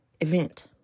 event